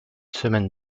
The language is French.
semaine